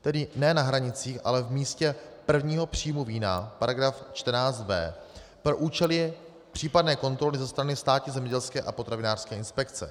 Tedy ne na hranicích, ale v místě prvního příjmu vína, § 14b, pro účely případné kontroly ze strany Státní zemědělské a potravinářské inspekce.